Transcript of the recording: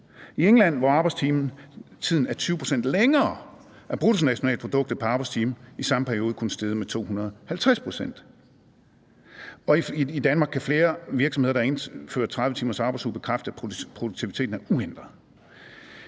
I England, hvor arbejdstiden er 20 pct. længere, er bruttonationalproduktet pr. arbejdstime i samme periode kun steget med 250 pct. Og i Danmark kan flere virksomheder, der har indført 30-timersarbejdsuge, bekræfte, at produktiviteten er uændret.